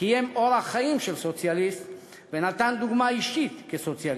קיים אורח חיים של סוציאליסט ונתן דוגמה אישית כסוציאליסט.